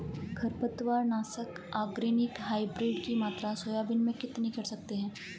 खरपतवार नाशक organic hybrid की मात्रा सोयाबीन में कितनी कर सकते हैं?